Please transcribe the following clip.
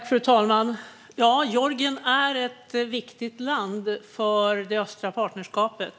Fru talman! Georgien är ett viktigt land för det östliga partnerskapet.